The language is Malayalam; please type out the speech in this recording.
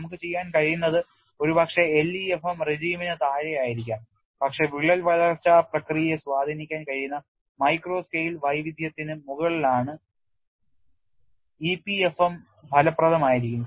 നമുക്ക് ചെയ്യാൻ കഴിയുന്നത് ഒരുപക്ഷേ LEFM regime ന് താഴെയായിരിക്കാം പക്ഷേ വിള്ളൽ വളർച്ചാ പ്രക്രിയയെ സ്വാധീനിക്കാൻ കഴിയുന്ന മൈക്രോ സ്കെയിൽ വൈവിധ്യത്തിന് മുകളിലാണ് EPFM ഫലപ്രദമായിരിക്കും